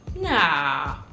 nah